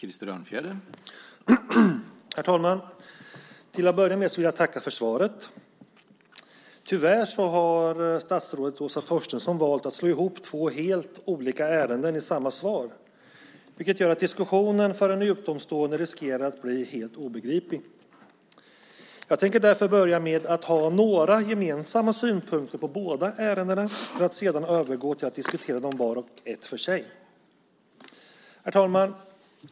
Herr talman! Till att börja med vill jag tacka för svaret. Tyvärr har statsrådet Åsa Torstensson valt att slå ihop två helt olika ärenden i samma svar, vilket gör att diskussionen för en utomstående riskerar att bli helt obegriplig. Jag tänker därför börja med att ha några gemensamma synpunkter på båda ärendena för att sedan övergå till att diskutera dem vart och ett för sig.